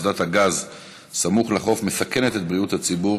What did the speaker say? אסדת הגז סמוך לחוף מסכנת את בריאות הציבור,